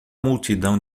multidão